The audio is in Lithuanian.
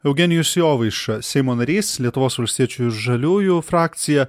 eugenijus jovaiša seimo narys lietuvos valstiečių ir žaliųjų frakcija